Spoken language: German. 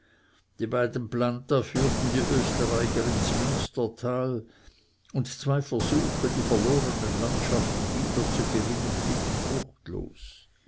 die beiden planta führten die österreicher ins münstertal und zwei versuche die verlorenen landschaften wiederzugewinnen blieben fruchtlos